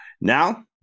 Now